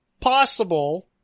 possible